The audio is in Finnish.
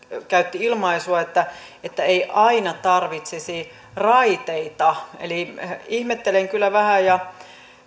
käytti ilmaisua että että ei aina tarvitsisi raiteita käyttää ihmettelen kyllä vähän ja